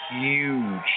huge